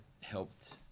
helped